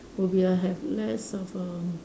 will be like have less of erm